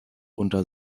unter